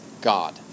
God